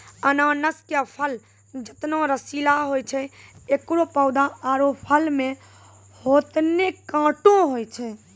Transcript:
अनानस के फल जतना रसीला होय छै एकरो पौधा आरो फल मॅ होतने कांटो होय छै